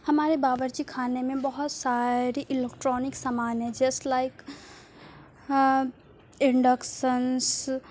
ہمارے باورچی خانے میں بہت ساری الیکٹرانک سامان ہے جیس لائک انڈکسنس